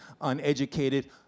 uneducated